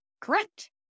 correct